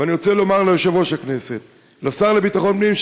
ואני רוצה לומר ליושב-ראש הכנסת ולשר לביטחון פנים,